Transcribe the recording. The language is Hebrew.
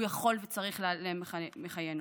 הוא יכול וצריך להיעלם מחיינו.